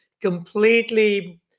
completely